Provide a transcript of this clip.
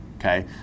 Okay